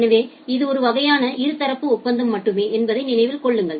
எனவே இது ஒரு வகையான இருதரப்பு ஒப்பந்தம் மட்டுமே என்பதை நினைவில் கொள்ளுங்கள்